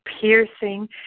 piercing